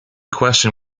question